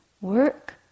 work